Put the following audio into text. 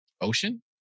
ocean